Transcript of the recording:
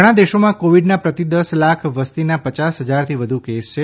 ઘણા દેશોમાં કોવિડના પ્રતિ દસ લાખ વસ્તીના પચાસ હજારથી વધુ કેસ છે